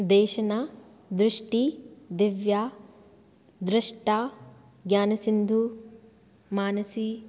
देशना दृष्टिः दिव्या दृष्टा ज्ञानसिन्धुः मानसी